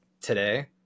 today